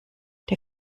der